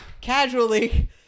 casually